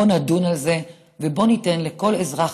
בואו נדון על זה ובואו ניתן לכל אזרח